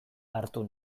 hartu